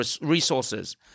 resources